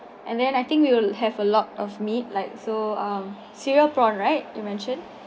and then I think we will have a lot of meat like so err cereal prawn right you mentioned